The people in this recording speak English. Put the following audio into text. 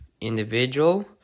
individual